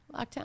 Lockdown